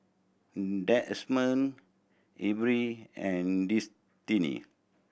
Demond Elby and Destinee